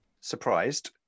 surprised